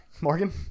Morgan